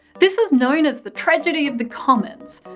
this is known as the tragedy of the commons.